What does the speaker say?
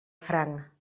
franc